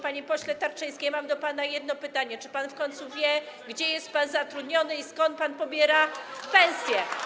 Panie pośle Tarczyński, mam do pana jedno pytanie: Czy pan w końcu wie, gdzie jest pan zatrudniony i skąd pan pobiera pensję?